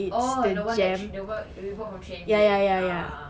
oh the one that the one we bought from three and D ah ah ah